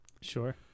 Sure